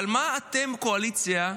אבל מה אתם, הקואליציה,